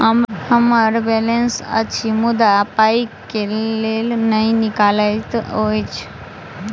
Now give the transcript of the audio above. हम्मर बैलेंस अछि मुदा पाई केल नहि निकलैत अछि?